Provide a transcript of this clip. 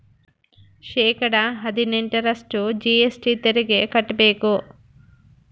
ಶೇಕಡಾ ಹದಿನೆಂಟರಷ್ಟು ಜಿ.ಎಸ್.ಟಿ ತೆರಿಗೆ ಕಟ್ಟ್ಬೇಕು